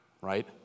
right